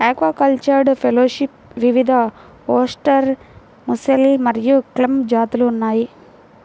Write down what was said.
aquacultured షెల్ఫిష్లో వివిధఓస్టెర్, mussel మరియు క్లామ్ జాతులు ఉన్నాయి